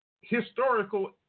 historical